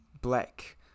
black